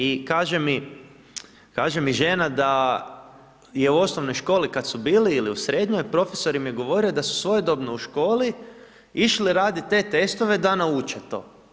I kaže mi žena da je u osnovnoj školi kad su bili ili u srednjoj, profesor im je govorio da su svojedobno u školi išli raditi te testove da nauče to.